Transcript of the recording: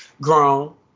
grown